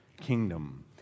kingdom